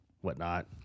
whatnot